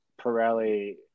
Pirelli-